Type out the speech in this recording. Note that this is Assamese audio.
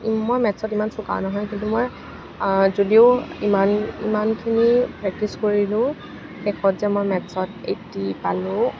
মই মেটচত ইমান চোকা নহয় যদিও মই যদিও ইমান ইমানখিনি প্ৰেক্টিচ কৰিলোঁ শেষত যে মই মেটচত এইটটি পালোঁ